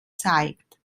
zeigt